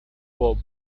bob